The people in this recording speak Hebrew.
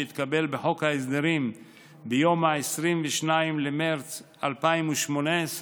שהתקבל בחוק ההסדרים ב-22 במרץ 2018,